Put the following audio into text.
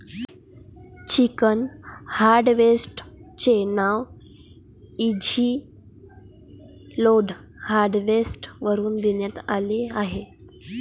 chicken harvester चे नाव easy load harvester वरून देण्यात आले आहे